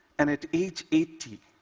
and at age eighty,